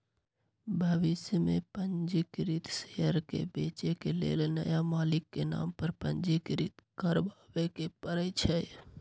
भविष में पंजीकृत शेयर के बेचे के लेल नया मालिक के नाम पर पंजीकृत करबाबेके परै छै